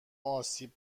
آسیب